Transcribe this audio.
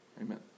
Amen